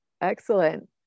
Excellent